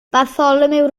bartholomew